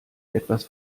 etwas